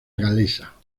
galesa